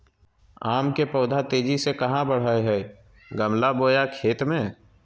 आम के पौधा तेजी से कहा बढ़य हैय गमला बोया खेत मे?